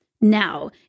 now